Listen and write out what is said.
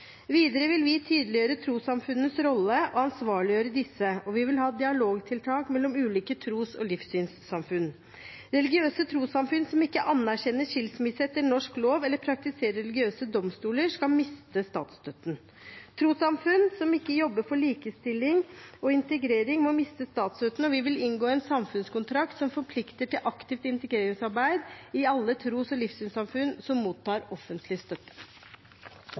Videre vil vi tydeliggjøre trossamfunnenes rolle og ansvarliggjøre disse, og vi vil ha dialogtiltak mellom ulike tros- og livssynssamfunn. Religiøse trossamfunn som ikke anerkjenner skilsmisse etter norsk lov eller praktiserer religiøse domstoler, skal miste statsstøtten. Trossamfunn som ikke jobber for likestilling og integrering, må miste statsstøtten, og vi vil inngå en samfunnskontrakt som forplikter til aktivt integreringsarbeid i alle tros- og livssynssamfunn som mottar offentlig støtte.